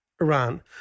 Iran